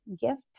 gift